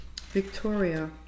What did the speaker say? Victoria